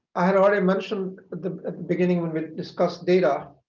i had already mentioned at the beginning when we discussed data